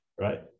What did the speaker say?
right